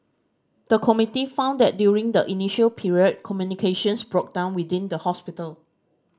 the committee found that during the initial period communications broke down within the hospital